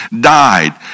died